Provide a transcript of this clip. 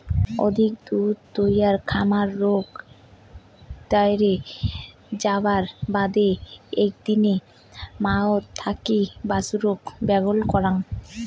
অধিক দুধ তৈয়ার খামার রোগ এ্যারে যাবার বাদে একদিনে মাওয়ের থাকি বাছুরক ব্যাগল করাং